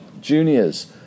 juniors